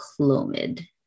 Clomid